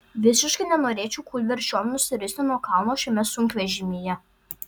visiškai nenorėčiau kūlversčiom nusiristi nuo kalno šiame sunkvežimyje